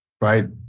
right